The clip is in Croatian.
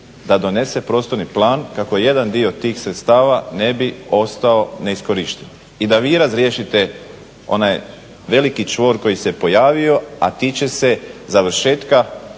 da donese prostorni plan kako je jedan dio tih sredstava ne bi ostao neiskorišten i da vi razriješite onaj veliki čvor koji se pojavio a tiče se završetka